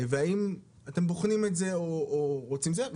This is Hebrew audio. והאם אתם בוחנים את זה או רוצים לעשות את זה?